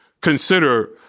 Consider